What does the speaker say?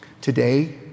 Today